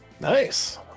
nice